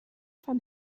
from